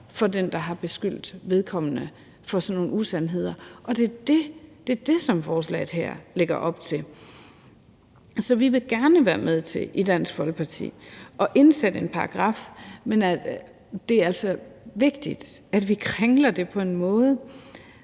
for den, der har beskyldt vedkommende for sådan nogle usandheder? Det er det, som forslaget her lægger op til. Så vi vil gerne være med til i Dansk Folkeparti at indsætte en paragraf, men det er altså vigtigt, at vi kringler det på en måde,